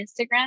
Instagram